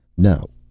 no,